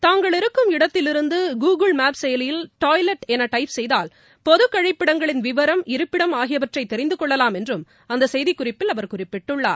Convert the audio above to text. தாங்கள் இருக்கும் இடத்திலிருந்து கூகுள் மேப் செயலியில் டாய்லெட் என டைப் செய்தால் பொதுக் கழிப்பிடங்களின் விவரம் இருப்பிடம் ஆகியவற்றை தெரிந்து கொள்ளலாம் என்றும் அந்த செய்திக்குறிப்பில் அவர் குறிப்பிட்டுள்ளார்